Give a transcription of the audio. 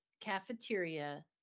cafeteria